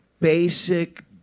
basic